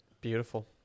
Beautiful